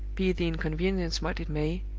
be the inconvenience what it may,